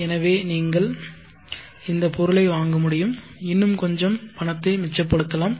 எனவே நீங்கள் இந்த பொருளை வாங்க முடியும் இன்னும் கொஞ்சம் பணத்தை மிச்சப்படுத்தலாம்